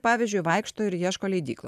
pavyzdžiui vaikšto ir ieško leidyklo